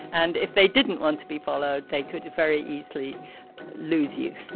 and if they didn't want to be followed, they could very easily lose you